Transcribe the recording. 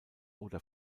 oder